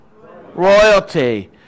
royalty